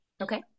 Okay